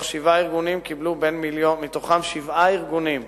שבעה ארגונים,